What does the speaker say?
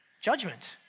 judgment